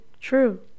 True